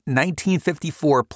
1954